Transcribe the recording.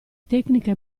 tecnica